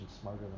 smarter